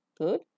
Good